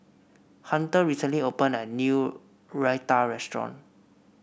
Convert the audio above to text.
Hunter recently opened a new Raita Restaurant